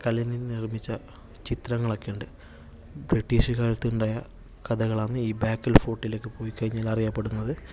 കല്ലിൽനിന്ന് നിർമ്മിച്ച ചിത്രങ്ങളൊക്കെ ഉണ്ട് ബ്രിട്ടീഷ് കാലത്തുണ്ടായ കഥകളാണ് ഈ ബേക്കൽ ഫോർട്ടിൽ പോയിക്കഴിഞ്ഞാൽ അറിയപ്പെടുന്നത്